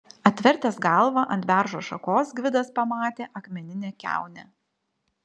atvertęs galvą ant beržo šakos gvidas pamatė akmeninę kiaunę